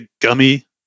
gummy